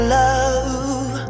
love